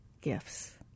gifts